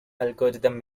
algorithm